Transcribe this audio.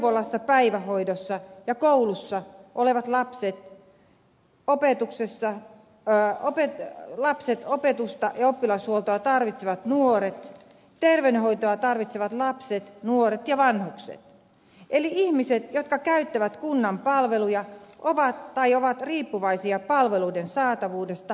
neuvolassa päivähoidossa ja koulussa olevat lapset opetusta ja oppilashuoltoa tarvitsevat nuoret terveydenhoitoa tarvitsevat lapset nuoret ja vanhukset eli ihmiset jotka käyttävät kunnan palveluja tai ovat riippuvaisia palveluiden saatavuudesta tai laadusta